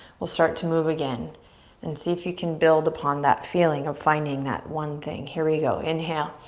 we'll start to move again and see if you can build upon that feeling of finding that one thing. here we go, inhale.